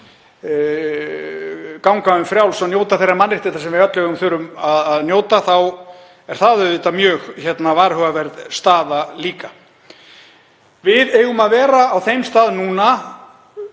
ganga um frjáls og njóta þeirra mannréttinda sem við öll eigum að fá að njóta, þá er það auðvitað líka mjög varhugaverð staða. Við eigum að vera á þeim stað núna,